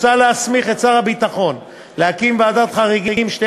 מוצע להסמיך את שר הביטחון להקים ועדת חריגים שתהיה